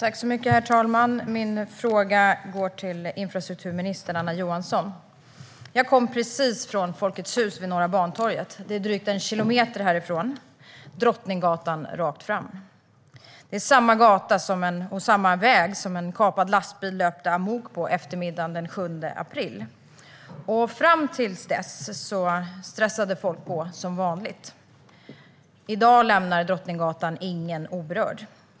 Herr talman! Min fråga går till infrastrukturminister Anna Johansson. Jag kom precis från Folkets Hus vid Norra Bantorget. Det är drygt en kilometer härifrån Drottninggatan rakt fram. Det är samma gata och samma väg som en kapad lastbil löpte amok på eftermiddagen den 7 april. Fram till dess stressade människor på som vanligt. I dag lämnar Drottninggatan ingen oberörd.